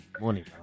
Morning